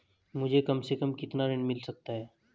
मुझे कम से कम कितना ऋण मिल सकता है?